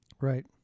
Right